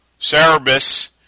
Cerebus